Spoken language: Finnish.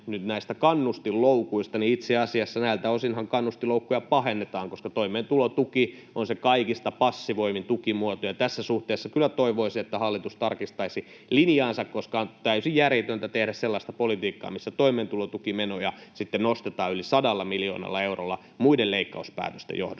kannustinloukuista, niin itse asiassa näiltä osinhan kannustinloukkuja pahennetaan, koska toimeentulotuki on se kaikista passivoivin tukimuoto. Tässä suhteessa kyllä toivoisin, että hallitus tarkistaisi linjaansa, koska on täysin järjetöntä tehdä sellaista politiikkaa, missä toimeentulotukimenoja nostetaan yli 100 miljoonalla eurolla muiden leikkauspäätösten johdosta.